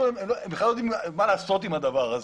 הם בכלל לא יודעים מה לעשות עם הדבר הזה.